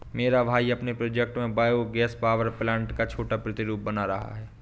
मेरा भाई अपने प्रोजेक्ट में बायो गैस पावर प्लांट का छोटा प्रतिरूप बना रहा है